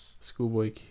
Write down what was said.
schoolboy